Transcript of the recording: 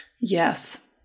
Yes